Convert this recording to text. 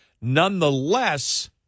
Nonetheless